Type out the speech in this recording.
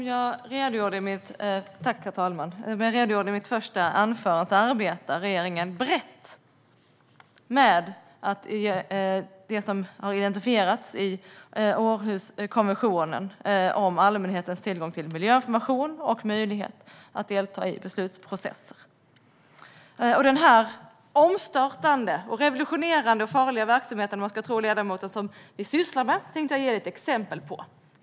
Herr talman! Som jag redogjorde i mitt första anförande arbetar regeringen brett med det som har identifierats i Århuskonventionen om allmänhetens tillgång till miljöinformation och möjlighet att delta i beslutsprocesser. Den här omstörtande, revolutionerande och farliga verksamheten, om man ska tro ledamoten, som vi sysslar med tänkte jag ge ett exempel på.